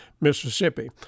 Mississippi